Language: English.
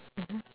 mmhmm